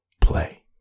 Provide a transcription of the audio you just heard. Play